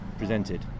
presented